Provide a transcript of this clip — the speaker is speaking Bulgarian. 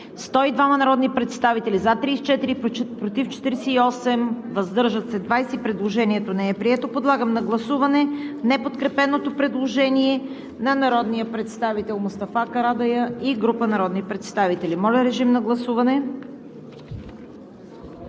102 народни представители: за 34, против 48, въздържали се 20. Предложението не е прието. Подлагам на гласуване неподкрепеното предложение на народния представител Мустафа Карадайъ и група народни представители. Гласували